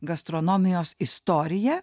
gastronomijos istoriją